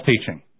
teaching